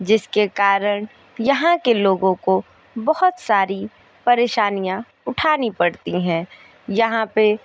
जिसके कारण यहाँ के लोगों को बहुत सारी परेशानियाँ उठानी पड़ती हैं यहाँ पे